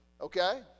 okay